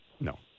No